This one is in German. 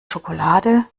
schokolade